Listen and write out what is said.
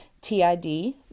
TID